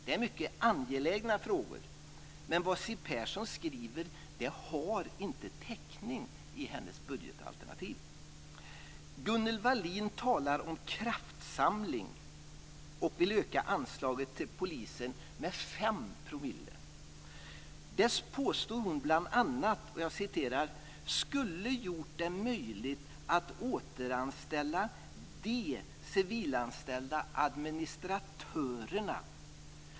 Det är mycket angelägna frågor, men vad Siw Persson skriver har inte täckning i hennes budgetalternativ. Gunnel Wallin talar om kraftsamling och vill öka anslaget till polisen med 5 %. Det påstår hon bl.a. "skulle ha gjort det möjligt att återanställa de civilanställda administratörerna".